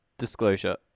Disclosure